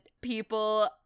people